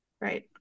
Right